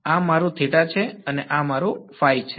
આ મારું છે અને આ મારું છે